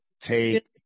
take